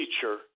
teacher